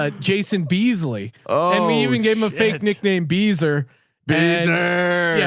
ah jason beasley. um we we gave him a fake nickname. beezer banner. yeah